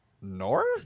north